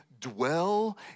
dwell